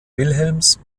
wilhelms